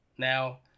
Now